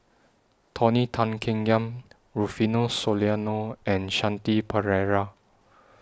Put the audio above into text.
Tony Tan Keng Yam Rufino Soliano and Shanti Pereira